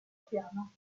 piano